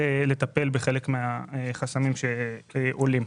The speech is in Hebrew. לטיפול בחלק מהחסמים שעולים.